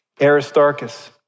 Aristarchus